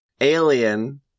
Alien